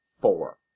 four